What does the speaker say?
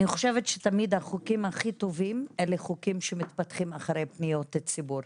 אני חושבת שתמיד החוקים הכי טובים אלה חוקים שמתפתחים אחרי פניות ציבור.